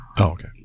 Okay